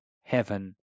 heaven